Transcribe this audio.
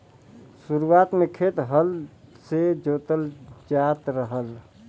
शुरुआत में खेत हल से जोतल जात रहल